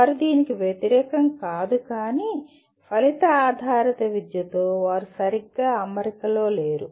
వారు దీనికి వ్యతిరేకం కాదు కానీ ఫలిత ఆధారిత విద్యతో వారు సరిగ్గా అమరికలో లేరు